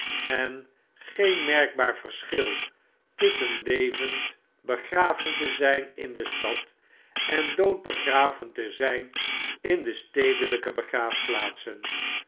en geen merkbaar verschil tusschen levend begraven te zijn in de stad en dood begraven te zyn in de stedelyke